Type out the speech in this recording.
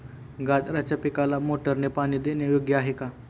गाजराच्या पिकाला मोटारने पाणी देणे योग्य आहे का?